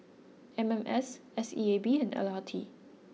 M M S S E A B and L R T